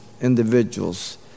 individuals